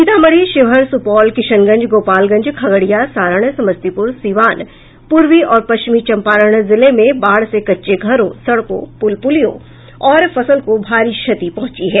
सीतामढ़ी शिवहर सुपौल किशनगंज गोपालगंज खगड़िया सारण समस्तीपुर सिवान पूर्वी और पश्चिमी चंपारण जिले में बाढ़ से कच्चे घरों सड़कों पुल पुलियों और फसल को भारी क्षति पहुंची है